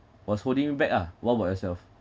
was holding me back ah what about yourself